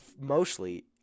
mostly